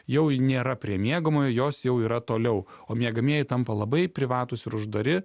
jau nėra prie miegamojo jos jau yra toliau o miegamieji tampa labai privatūs ir uždari